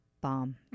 bomb